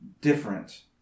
different